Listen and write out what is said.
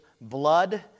blood